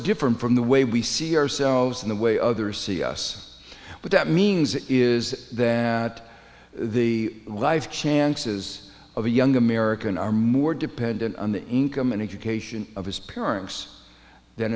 different from the way we see ourselves in the way others see us but that means is that the life chances of a young american are more dependent on the income and education of his parents than